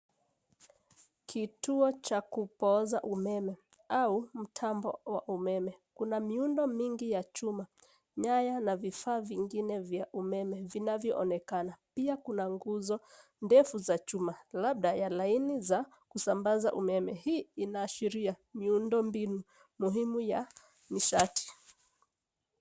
Kituo cha kupoza umeme au mtambo wa umeme. Kuna miundo mingi ya chuma, nyaya na vifaa vingine vya umeme vinavyoonekana. Pia kuna nguzo ndefu za chuma, labda ya laini za usambaza umeme. Hii inaashiria miundombinu muhimu ya nishati.